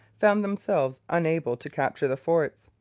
found themselves unable to capture the forts.